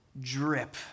drip